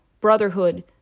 brotherhood